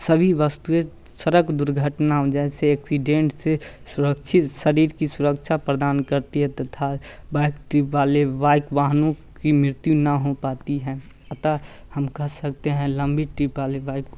सभी वस्तुएँ सड़क दुर्घटना जैसे एक्सीडेंट से सुरक्षित शरीर की सुरक्षा प्रदान करती है तथा बाइक ट्रिप वाले वाइक वाहनों की मृत्यु ना हो पाती है अतः हम कह सकते हैं लंबी ट्रिप वाली बाइक